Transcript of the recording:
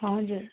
हजुर